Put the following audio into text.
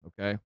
Okay